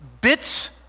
bits